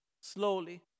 slowly